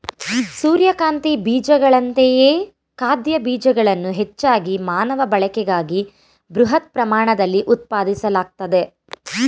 ಸೂರ್ಯಕಾಂತಿ ಬೀಜಗಳಂತೆಯೇ ಖಾದ್ಯ ಬೀಜಗಳನ್ನು ಹೆಚ್ಚಾಗಿ ಮಾನವ ಬಳಕೆಗಾಗಿ ಬೃಹತ್ ಪ್ರಮಾಣದಲ್ಲಿ ಉತ್ಪಾದಿಸಲಾಗ್ತದೆ